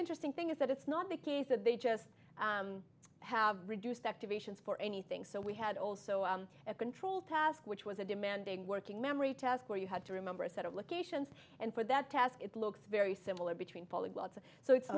interesting thing is that it's not the case that they just have reduced activations for anything so we had also a control task which was a demanding working memory task where you had to remember a set of locations and for that task it looks very similar between